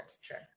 Sure